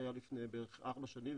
שהיה לפני בערך ארבע שנים,